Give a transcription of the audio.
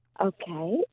Okay